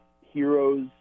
heroes